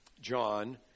John